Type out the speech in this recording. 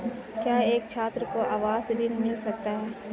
क्या एक छात्र को आवास ऋण मिल सकता है?